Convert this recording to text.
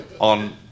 on